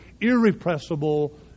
irrepressible